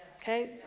Okay